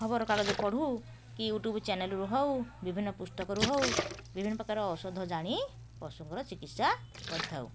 ଖବର କାଗଜ ପଢ଼ୁ କି ୟୁଟ୍ୟୁବ୍ ଚ୍ୟାନେଲରୁ ହେଉ ବିଭିନ୍ନ ପୁସ୍ତକରୁ ହେଉ ବିଭିନ୍ନ ପ୍ରକାର ଔଷଧ ଜାଣି ପଶୁଙ୍କର ଚିକିତ୍ସା କରିଥାଉ